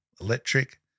electric